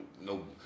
no